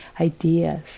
ideas